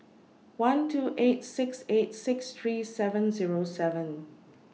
one two eight six eight six three seven Zero seven